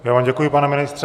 Já vám děkuji, pane ministře.